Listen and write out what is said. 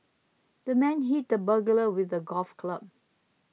the man hit the burglar with a golf club